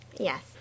Yes